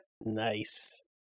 Nice